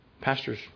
pastors